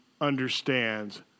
understands